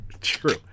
true